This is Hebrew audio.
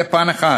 זה פן אחד,